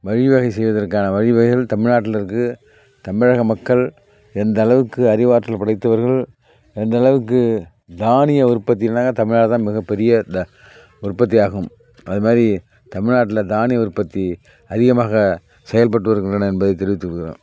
வழிவகை செய்வதற்கான வழிவகைகள் தமிழ்நாட்டில் இருக்குது தமிழக மக்கள் எந்த அளவுக்கு அறிவாற்றல் படைத்தவர்கள் எந்த அளவுக்கு தானிய உற்பத்தின்னாக்க தமிழ்நாடுதான் மிகப்பெரிய த உற்பத்தி ஆகும் அதுமாதிரி தமிழ்நாட்டில் தானிய உற்பத்தி அதிகமாக செயல்பட்டு வருகின்றன என்பதை தெரிவித்துக்கொள்கிறோம்